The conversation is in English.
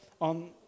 on